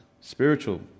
spiritual